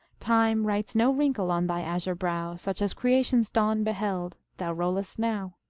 time writes no wrinkle on thy azure brow such as creation's dawn beheld, thou rollest now.